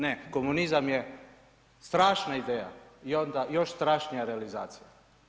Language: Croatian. Ne, komunizam je strašna ideja i onda još strašnija realizacija.